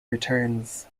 returns